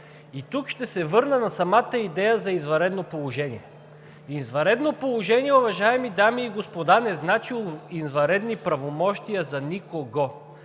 Тук ще се върна на самата идея за извънредно положение. Извънредно положение, уважаеми дами и господа, не значи извънредни правомощия за никого!